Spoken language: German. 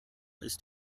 ist